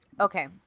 Okay